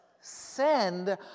send